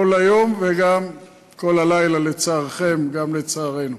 כל היום, וגם כל הלילה, לצערכם, וגם לצערנו.